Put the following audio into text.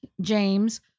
James